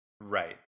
right